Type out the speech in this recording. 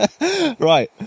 Right